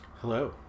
Hello